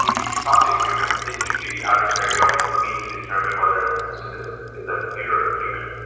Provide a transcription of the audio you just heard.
if you talk to a a human, it's easy to be adversarial and for me to determine whether a system is a is a computer or a human.